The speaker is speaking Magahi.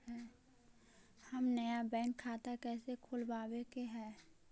हम नया बैंक खाता कैसे खोलबाबे के है?